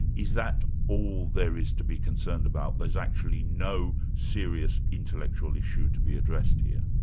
is that all there is to be concerned about? there's actually no serious intellectual issue to be addressed here?